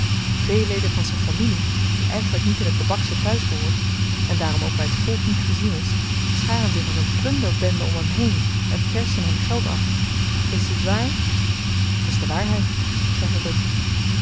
veel leden van zyn familie die eigenlyk niet in t lebaksche te-huis behoort en daarom ook by t volk niet gezien is scharen zich als een plunderbende om hem heen en persen hem geld af is dit waar t is de waarheid zei verbrugge